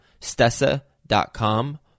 stessa.com